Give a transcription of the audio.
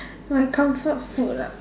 my comfort food ah